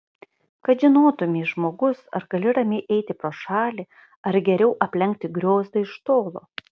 kad žinotumei žmogus ar gali ramiai eiti pro šalį ar geriau aplenkti griozdą iš tolo